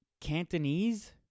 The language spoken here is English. Cantonese